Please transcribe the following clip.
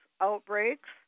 outbreaks